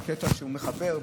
הוא קטע שהוא מחבר,